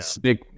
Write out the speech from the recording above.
big